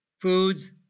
foods